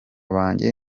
banjye